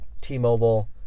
T-Mobile